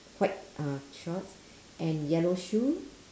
white uh shorts and yellow shoe